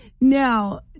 Now